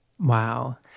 Wow